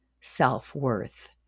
self-worth